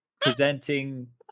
presenting